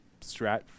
strat